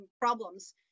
problems